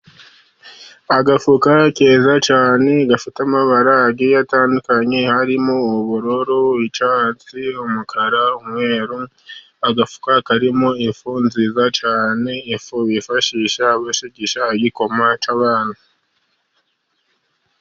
Agafuka keza cyane gafite amabara agiye atandukanye, harimo ubururu, icyatsi, umukara, umweru. Agafuka karimo ifu nziza cyane; ifu bifashisha bashigisha igikoma cy'abantu.